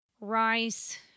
rice